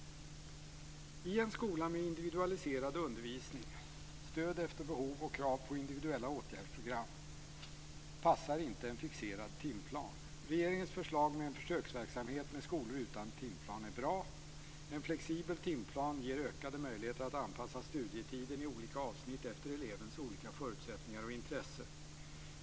I en skola med individualiserad undervisning, stöd efter behov och krav på individuella åtgärdsprogram passar inte en fixerad timplan. Regeringens förslag med en försöksverksamhet med skolor utan timplan är bra. En flexibel timplan ger ökade möjligheter att anpassa studietiden i olika avsnitt efter elevens olika förutsättningar och intresse.